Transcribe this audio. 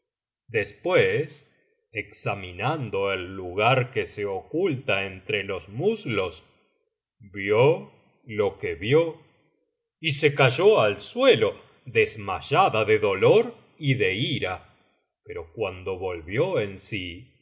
después examinando el lugar que se oculta entre los muslos vio lo que vio y se cayó al suelo desmayada ele dolor y de ira pero cuando volvió en sí